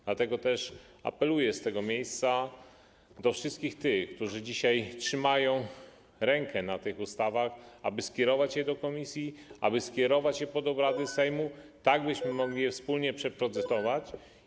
Dlatego też apeluję z tego miejsca do wszystkich tych, którzy dzisiaj mają kontrolę nad tymi ustawami, aby skierować je do komisji, aby skierować je pod obrady Sejmu, tak byśmy mogli nad nimi wspólnie procedować.